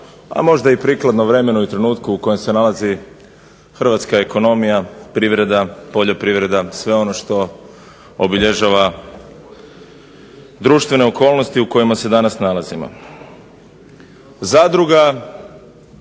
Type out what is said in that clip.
a možda i prikladno vremenu i trenutku u kojem se nalazi hrvatska ekonomija, privreda, poljoprivreda, sve ono što obilježava društvene okolnosti u kojima se danas nalazimo. Zadruga